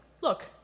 look